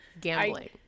Gambling